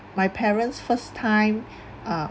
my parents first time uh